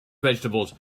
vegetables